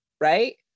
right